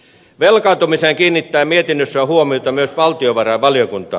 velkaantumiseen kiinnittää mietinnössään huomiota myös valtiovarainvaliokunta